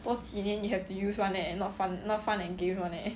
多几年 you have to use [one] leh not fun not fun and games [one] leh